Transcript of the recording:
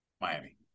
Miami